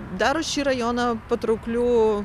daro šį rajoną patraukliu